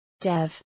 Dev